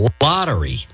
lottery